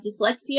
dyslexia